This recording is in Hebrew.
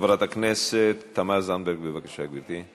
חברת הכנסת תמר זנדברג, בבקשה, גברתי.